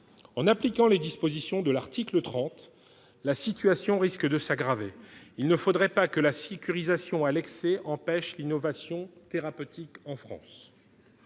En appliquant les dispositions de l'article 30, la situation risque de s'aggraver. Il ne faudrait pas que la sécurisation à l'excès empêche l'innovation thérapeutique en France.